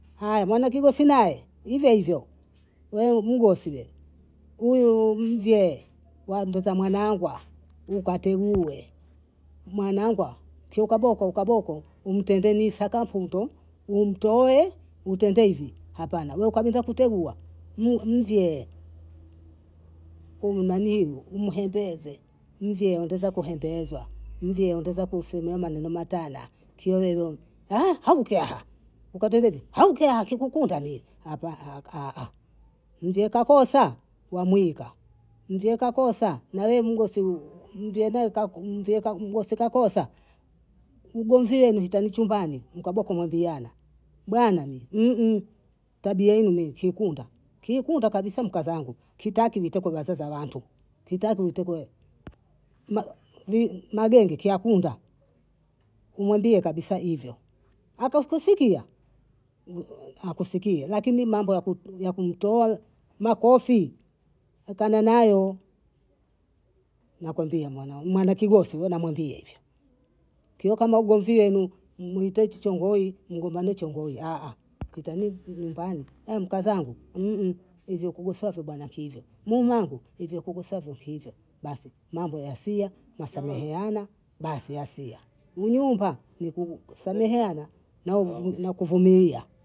haya maana kigosi naye hivyo hivyo, we mgosi we, huyu mvyee wandota mwanangwa, ukategue, mwanangwa kiu ukaboko ukaboko, umtende nisakamputo, umtoe untendee hivi hapana, we ukabonda kutegua, mvyee umuhegeze, mvyee ongeza kuhegezwa, mvyee ongeza kusema maneno matala, kiwa wewe haukaha, ukasemevi haukaha kikikunta mie hapa, ndyo kakosa wamwika, ndyo kakosa nawe mgosi mgosi kakosa, ugomvi wenu itani chumbani, mkabwa kumwambiana bwana mie tabia hi mi kinkunda, kinkunda kabisa mkazangu, kitaki viteko vyasa za wantu, kitaki viteko magenge kiakunda, umwambie kabisa hivyo, akakusikia akusikie lakini mambo ya kumtoa makofi, akananayo, nakuambia mwana mwanakigosi huyo namwambia hivyo, kiwa kama ugomvi wenu muiteti chongoi, mgombane chongoi mtani nyumbani. aya mkazangu hivyo kugosofi bana kihivyo, hivyo kugosafi kihivyo, basi mambo yasia nasameheana basi yasia, unyumba ni kusameheana na kuvumilia.